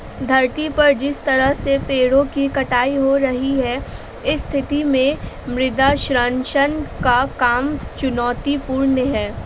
धरती पर जिस तरह से पेड़ों की कटाई हो रही है इस स्थिति में मृदा संरक्षण का काम चुनौतीपूर्ण है